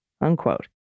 unquote